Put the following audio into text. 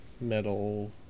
Metal